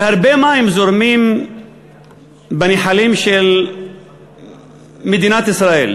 והרבה מים זורמים בנחלים של מדינת ישראל.